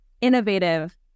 innovative